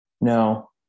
no